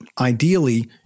Ideally